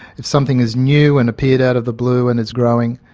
if something is new and appeared out of the blue and it's growing,